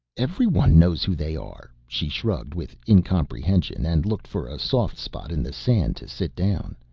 everyone knows who they are. she shrugged with incomprehension and looked for a soft spot in the sand to sit down.